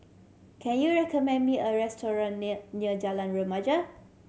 can you recommend me a restaurant near near Jalan Remaja